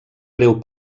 breu